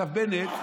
עכשיו, בנט,